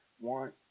want